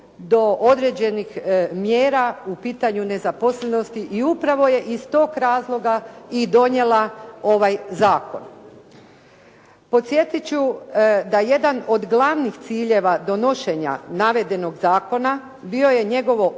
do određenih mjera u pitanju nezaposlenosti i upravo je iz tog razloga i donijela ovaj zakon. Podsjetit ću da jedan od glavnih ciljeva donošenja navedenog zakona bio je njegovo